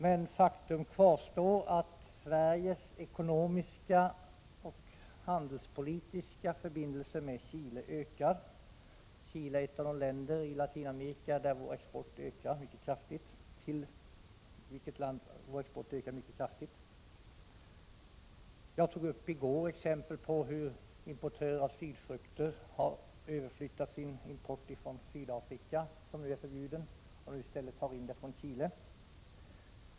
Men faktum kvarstår att Sveriges ekonomiska och handelspolitiska förbindelser med Chile ökar. Chile är ett av de länder i Latinamerika till vilket vår export ökar mycket kraftigt. Jag tog i går upp exempel på hur importörer av sydfrukter har flyttat Över sin import av frukt från Sydafrika — som är förbjudet — och nu i stället tar in frukt från Chile.